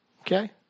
Okay